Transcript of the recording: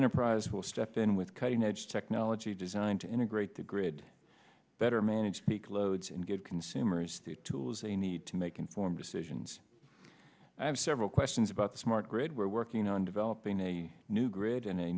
enterprise will step in with cutting edge technology designed to integrate the grid better manage peak loads and give consumers the tools they need to make informed decisions i have several questions about the smart grid we're working on developing a new grid and